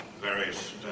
various